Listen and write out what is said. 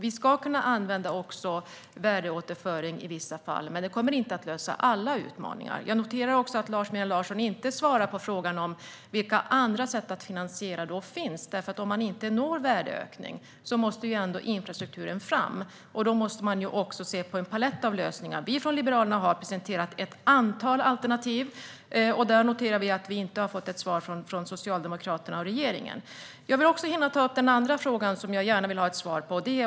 Vi ska kunna använda värdeåterföring i vissa fall, men den kommer inte att lösa alla utmaningar. Jag noterar också att Lars Mejern Larsson inte svarar på frågan om vilka andra sätt att finansiera som finns. Om man inte når en värdeökning måste ändå infrastrukturen fram. Då måste man se på en palett av lösningar. Vi liberaler har presenterat ett antal alternativ. Där noterar vi att vi inte har fått ett svar från Socialdemokraterna och regeringen. Jag vill också hinna ta upp den andra frågan som jag gärna vill ha ett svar på.